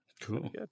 Cool